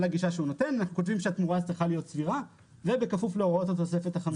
אנחנו כותבים שהתמורה צריכה להיות סבירה ובכפוף להוראות התוספת החמישית.